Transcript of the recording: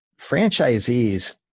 Franchisees